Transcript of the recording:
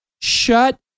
shut